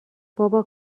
بابا